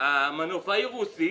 המנופאי רוסי,